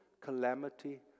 calamity